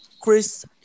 Chris